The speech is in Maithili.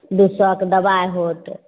दू सएके दबाइ होत